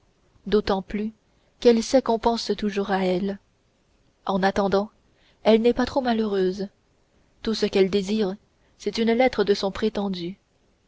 d'autant plus qu'elle sait qu'on pense toujours à elle en attendant elle n'est pas trop malheureuse tout ce qu'elle désire c'est une lettre de son prétendu